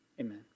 amen